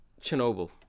Chernobyl